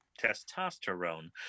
testosterone